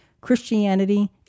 Christianity